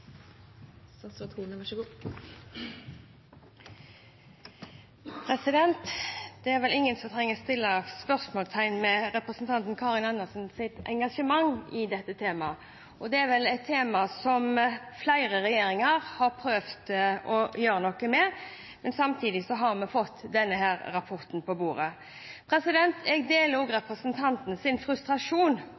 vel ingen som trenger å sette spørsmålstegn ved representanten Karin Andersens engasjement i dette temaet. Det er et tema som flere regjeringer har prøvd å gjøre noe med, men samtidig har vi fått denne rapporten på bordet. Jeg deler også representantens frustrasjon over at kommunene ofte ikke følger opp det som er lovpålagt at de skal følge opp. Det gjelder innenfor barnevern og